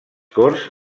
corts